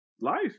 life